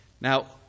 Now